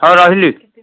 ହେଉ ରହିଲି